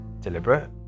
deliberate